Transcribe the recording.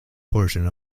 portion